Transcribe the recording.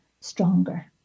stronger